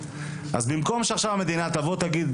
אז במקום שעכשיו המדינה תבוא תגיד,